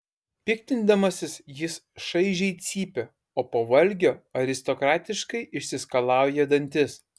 piktindamasis jis šaižiai cypia o po valgio aristokratiškai išsiskalauja dantis